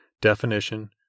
definition